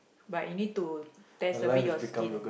but you need to test a bit your skin